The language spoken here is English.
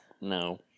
no